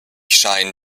scheinen